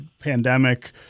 pandemic